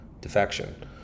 defection